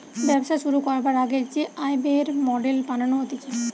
ব্যবসা শুরু করবার আগে যে আয় ব্যয়ের মডেল বানানো হতিছে